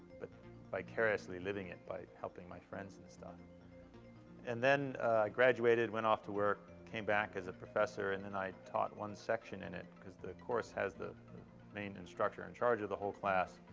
but vicariously living it by helping my friends and stuff. and then i graduated, went off to work, came back as a professor. and then i taught one section in it, because the course has the main instructor in charge of the whole class,